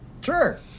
Sure